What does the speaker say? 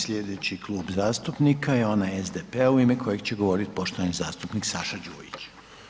Slijedeći Klub zastupnika je onaj SDP-a u ime kojeg će govoriti poštovani zastupnik Saša Đujić.